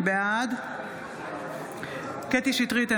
בעד קטי קטרין שטרית,